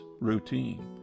routine